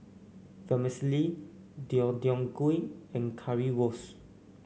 Vermicelli Deodeok Gui and Currywurst